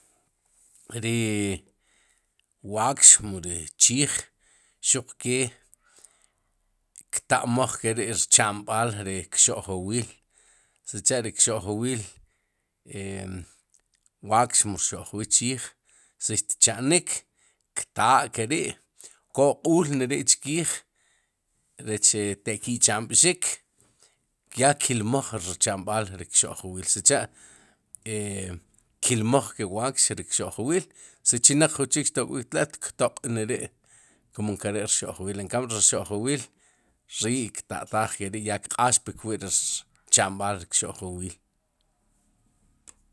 Ri wakx mu ri chiij ruq kee ktamaj ke ri wu kcha'bál ri kxo'jwil si cha' ri kxo'j. wil wakx mu rxo'jwil chiij si xtacha'nik xtaakeri', koq'ulneri'chkiij rec ataq ke'chamb'xik yaa kilmaj ri kchambál ri kxo'jwil si cha 'kilmaj ke wakx ri rxo'jwil si chinaq ju chik xtok'wik xtoq' ne ri kum nkere'encambio ri rxo'jwil rii kta'taaj ke ri ya kq'aaj pu kwi'wu rchamb'al wu kxo'jwil.